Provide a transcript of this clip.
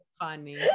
funny